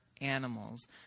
animals